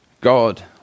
God